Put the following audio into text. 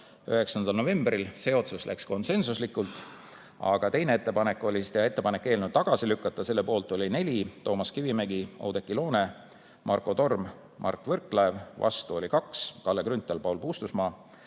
9. novembril läks läbi konsensuslikult, aga teine ettepanek oli teha ettepanek eelnõu tagasi lükata ja selle poolt oli 4 inimest: Toomas Kivimägi, Oudekki Loone, Marko Torm ja Mart Võrklaev, vastu oli 2: Kalle Grünthal ja Paul Puustusmaa.